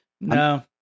No